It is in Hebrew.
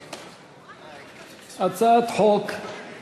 43. הצעת החוק לא נתקבלה.